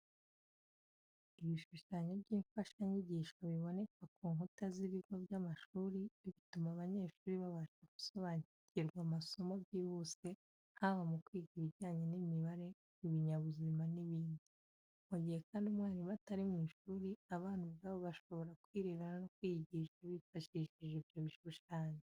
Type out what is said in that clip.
Ibishushanyo by’imfashanyigisho biboneka ku nkuta z'ibigo by'amashuri, bituma abanyeshuri babasha gusobanukirwa amasomo byihuse haba mu kwiga ibijyanye n’imibare, ibinyabuzima n’ibindi. Mu gihe kandi umwarimu atari mu ishuri, abana ubwabo bashobora kwirebera no kwiyigisha bifashishije ibyo bishushanyo.